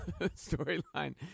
storyline